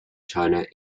china